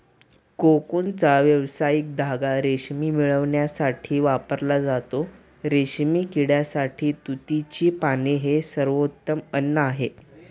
कोकूनचा व्यावसायिक धागा रेशीम मिळविण्यासाठी वापरला जातो, रेशीम किड्यासाठी तुतीची पाने हे सर्वोत्तम अन्न आहे